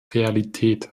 realität